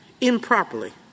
improperly